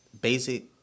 basic